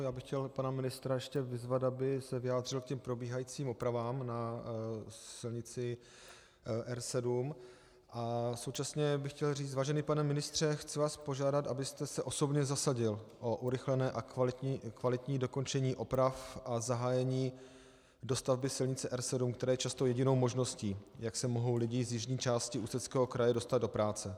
Já bych chtěl pana ministra ještě vyzvat, aby se vyjádřil k těm probíhajícím opravám na silnici R7, a současně bych chtěl říct: Vážený pane ministře, chci vás požádat, abyste se osobně zasadil o urychlené a kvalitní dokončení oprav a zahájení dostavby silnice R7, která je často jedinou možností, jak se mohou lidé z jižní části Ústeckého kraje dostat do práce.